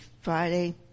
Friday